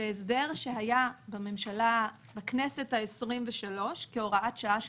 זה הסדר שהיה בכנסת ה-23 כהוראת שעה שפקעה.